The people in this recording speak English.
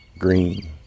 green